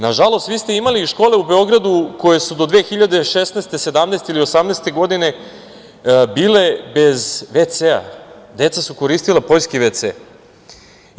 Nažalost, vi ste imali škole u Beogradu koje su do 2016, 2017. ili 2018. godine bile bez ve-cea, deca su koristila poljski ve-ce.